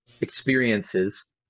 experiences